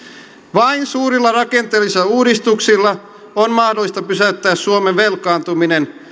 vain suurilla rakenteellisilla uudistuksilla on mahdollista pysäyttää suomen velkaantuminen